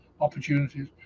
opportunities